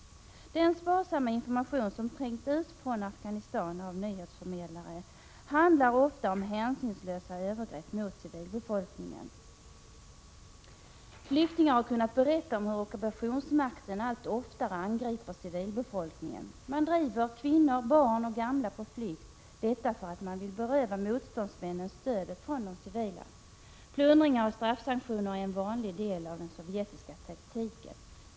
Den sparsamma information från nyhetsförmedlare som trängt ut från Afghanistan handlar ofta om hänsynslösa övergrepp mot civilbefolkningen. Flyktingar har kunnat berätta om hur ockupationsmakten allt oftare angriper civilbefolkningen. Man driver kvinnor, barn och gamla på flykt — detta för att man vill beröva motståndsmännen stödet från de civila. Plundringar och straffsanktioner är en vanlig del av den sovjetiska taktiken.